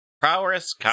prowess